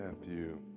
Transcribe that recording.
Matthew